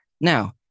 Now